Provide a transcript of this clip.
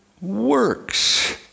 works